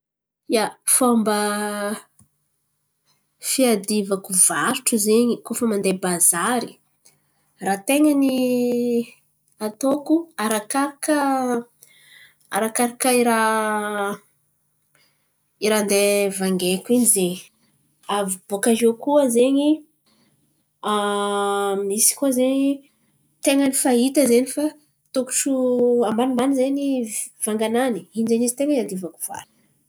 Ia, fômba fiadivako varotro zen̈y koa fa mandeha bazary, raha ten̈a ny ataoko arakaraka arakaraka i raha i raha handeha vangaiko in̈y zen̈y. Avy bòka iô koa zen̈y, misy koa zen̈y ten̈a ny fa hita zen̈y fa tôkotro ambanimbany zen̈y vanganany. In̈y zen̈y izy ten̈a iadivako varotro.